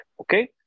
Okay